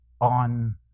on